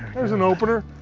there's an opener.